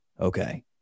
Okay